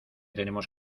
tenemos